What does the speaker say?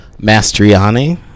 Mastriani